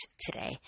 today